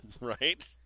Right